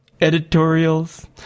Editorials